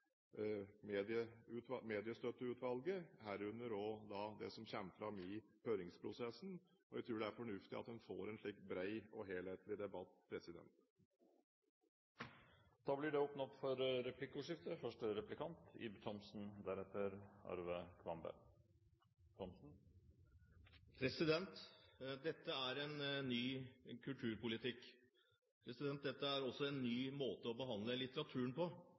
Mediestøtteutvalget, herunder også det som kommer fram i høringsprosessen. Jeg tror det er fornuftig at en får en slik bred og helhetlig debatt. Det blir åpnet for replikkordskifte. Dette er en ny kulturpolitikk. Dette er også en ny måte å behandle litteraturen på.